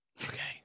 Okay